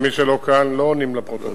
מי שלא כאן, לא עונים לפרוטוקול.